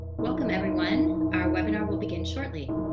welcome, everyone. our webinar will begin shortly.